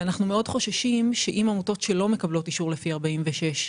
אנחנו מאוד חוששים שעמותות שלא מקבלות אישור לפי סעיף 46,